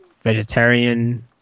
vegetarian